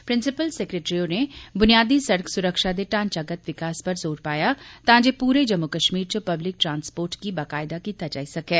principal सचिव होरें बुनियादी सड़क सुरक्षा दे ढांचागत विकास पर जोर पाया तां जे पूरे जम्मू कश्मीर च पब्लिक ट्रांसपोर्ट गी बकायदा कीता जाई सकै